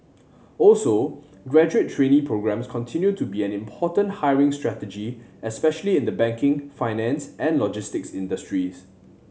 also graduate trainee programmes continue to be an important hiring strategy especially in the banking finance and logistics industries